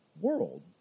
world